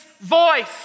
voice